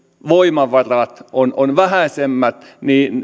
voimavarat ovat vähäisemmät